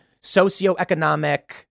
socioeconomic